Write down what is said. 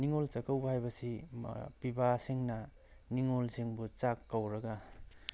ꯅꯤꯡꯉꯣꯜ ꯆꯥꯛꯀꯧꯕ ꯍꯥꯏꯕꯁꯤ ꯄꯤꯕꯥꯁꯤꯡꯅ ꯅꯤꯡꯉꯣꯜꯁꯤꯡꯕꯨ ꯆꯥꯛ ꯀꯧꯔꯒ